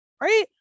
right